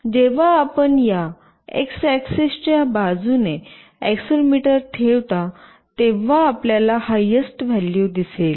जेव्हा आपण या एक्स ऍक्सेस च्या बाजूने एक्सेलेरोमीटर ठेवता तेव्हा आपल्याला हायस्ट व्हॅल्यू दिसेल